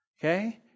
okay